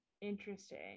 interesting